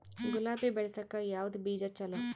ಗುಲಾಬಿ ಬೆಳಸಕ್ಕ ಯಾವದ ಬೀಜಾ ಚಲೋ?